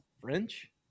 French